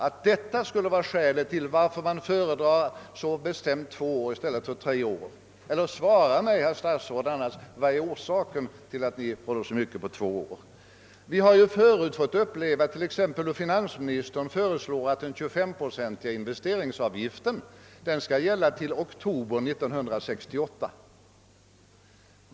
Skälet till att man så bestämt föredrar två år i stället för tre kan vara det nyssnämnda. Vad är orsaken annars, herr statsråd, till att ni håller så benhårt på två år? Vi har förut fått uppleva hur finansministern exempelvis föreslår att den 25-procentiga investeringsavgiften skall gälla till oktober 1968.